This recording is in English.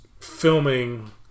filming